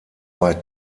bei